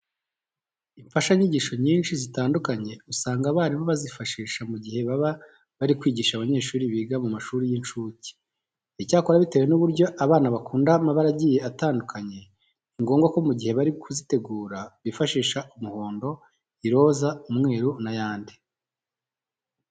Imfashanyigisho nyinshi zitandukanye usanga abarimu bazifashisha mu gihe baba bari kwigisha abanyeshuri biga mu mashuri y'incuke. Icyakora bitewe n'uburyo abana bakunda amabara agiye atandukanye, ni ngombwa ko mu gihe bari kuzitegura bifashisha umuhondo, iroze, umweru n'ayandi.